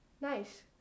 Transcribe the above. Nice